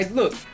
look